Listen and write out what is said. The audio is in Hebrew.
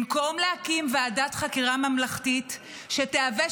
במקום להקים ועדת חקירה ממלכתית שתהווה